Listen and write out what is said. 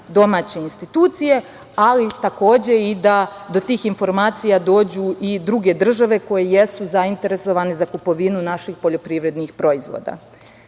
domaće institucije, ali takođe i da do tih informacija dođu i druge države koje jesu zainteresovane za kupovinu naših poljoprivrednih proizvoda. Govorili